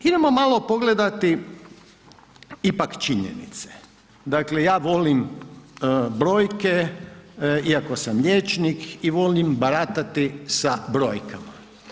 Idemo malo pogledati ipak činjenice, dakle ja volim brojke iako sam liječnik i volim baratati sa brojkama.